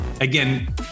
again